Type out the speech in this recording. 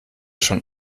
schon